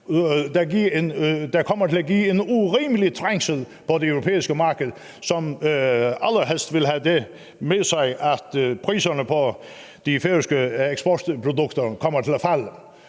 der kommer til at give en urimelig trængsel på det europæiske marked, som vil medføre det, at priserne på de færøske eksportprodukter kommer til at falde.